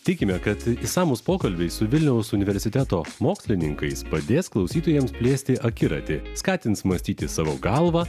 tikime kad išsamūs pokalbiai su vilniaus universiteto mokslininkais padės klausytojams plėsti akiratį skatins mąstyti savo galva